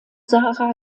sara